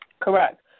Correct